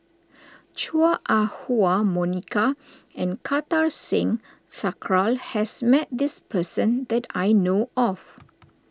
Chua Ah Huwa Monica and Kartar Singh Thakral has met this person that I know of